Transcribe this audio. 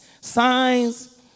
Signs